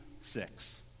six